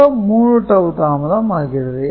மொத்தம் 3 டவூ தாமதம் ஆகிறது